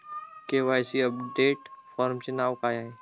KYC update फॉर्मचे नाव काय आहे?